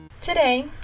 Today